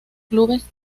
clubes